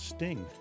Sting